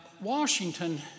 Washington